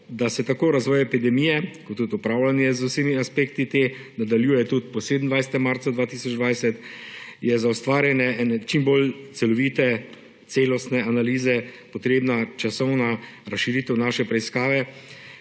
da se tako razvoj epidemije kot tudi upravljanje z vsemi aspekti te nadaljujeta tudi po 27. marcu 2020, je za ustvarjanje čim bolj celovite, celostne analize potrebna časovna razširitev naše preiskave,